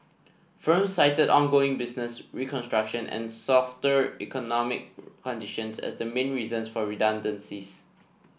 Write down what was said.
firms cited ongoing business restructuring and softer economic conditions as the main reasons for redundancies